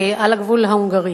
על הגבול ההונגרי.